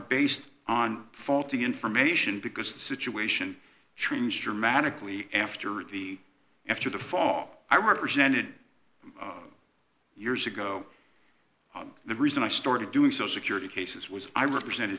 based on faulty information because the situation changed dramatically after the after the fall i represented years ago the reason i started doing so security cases was i represent